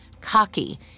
cocky